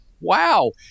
wow